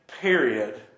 period